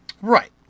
Right